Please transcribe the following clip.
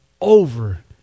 over